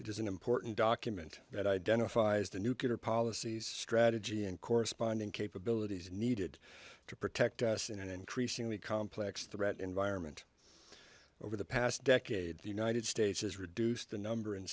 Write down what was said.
it is an important document that identifies the nuclear policies strategy and corresponding capabilities needed to protect us in an increasingly complex threat environment over the past decade the united states has reduced the number in